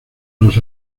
los